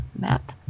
Map